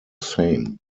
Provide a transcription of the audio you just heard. same